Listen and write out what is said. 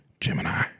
Gemini